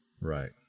Right